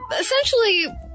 essentially